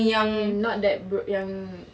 orang yang not that yang